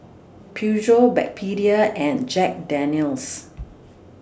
Peugeot Backpedic and Jack Daniel's